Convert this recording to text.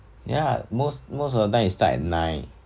yeah most most of the time we start at nine